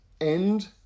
end